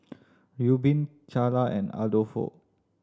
Reubin Charla and Adolfo